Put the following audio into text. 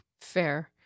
fair